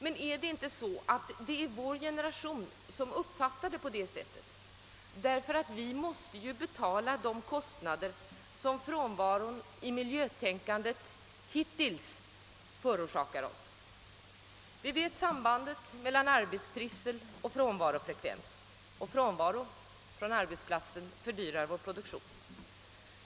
Men är det inte så att det bara är vår generation som uppfattar det på det sättet, därför att vi måste betala också de kostnader som den hittillsvarande frånvaron av miljötänkande förorsakar? Vi känner till sambandet mellan arbetstrivsel och frånvarofrekvens. De anställdas frånvaro från arbetsplatsen fördyrar produktionen.